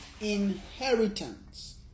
inheritance